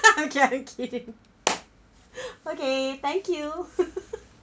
okay I'm kidding okay thank you